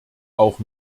auch